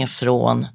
från